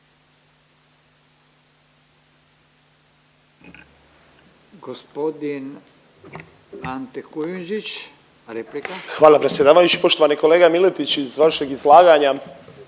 Hvala predsjedavajući. Poštovani kolega Miletić, iz vašeg izlaganja